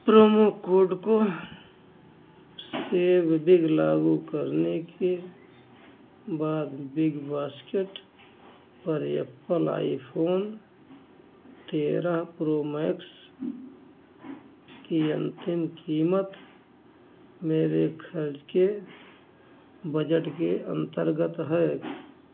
promo code को सेब big लागू करने के बाद बिगबास्केट पर एप्पल आईफोन तेरह प्रो मैक्स की अंतिम कीमत मेरे खर्च के बजट के अंतर्गत है